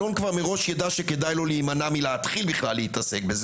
אלון כבר מראש יידע שכדאי לו מלהימנע מלהתחיל בכלל להתעסק בזה,